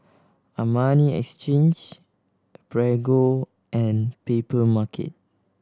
Armani Exchange Prego and Papermarket